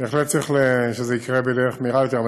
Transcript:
בהחלט צריך שזה יקרה בדרך מהירה יותר,